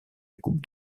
coupe